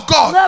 God